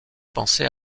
pensait